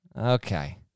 Okay